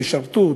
תשרתו,